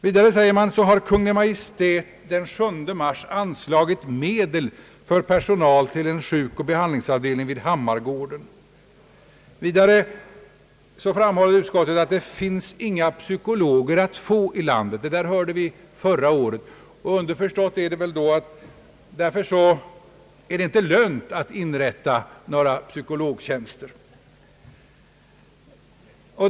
Vidare säger utskottet att Kungl. Maj:t den 7 mars i år har anslagit medel för personal vid en sjukoch behandlingsavdelning vid Hammargården. Utskottet framhåller också att det inte finns psykologer att få här i landet. Samma sak hörde vi förra året, och underförstått är väl att det därför inte är lönt att inrätta några psykologtjänster.